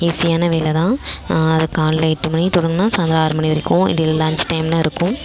ஈஸியான வேலைதான் அதை காலைல எட்டு மணிக்குத் தொடங்கினா சாயந்தரம் ஆறு மணி வரைக்கும் இதில் லன்ச் டைமெலாம் இருக்கும்